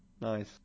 nice